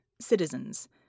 citizens